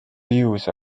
views